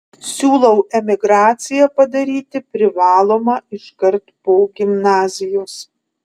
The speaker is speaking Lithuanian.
siūlau emigraciją padaryti privalomą iškart po gimnazijos